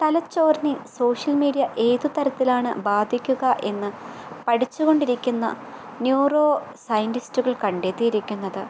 തലച്ചോറിനെ social media ഏത് തരത്തിലാണ് ബാധിക്കുക എന്ന് പഠിച്ചുകൊണ്ടിരിക്കുന്ന ന്യൂറോ സൈൻറ്റിസ്റ്റുകൾ കണ്ടെത്തിയിരിക്കുന്നത്